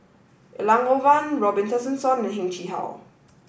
Elangovan Robin Tessensohn and Heng Chee How